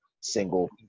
single